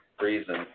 reason